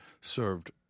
served